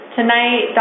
Tonight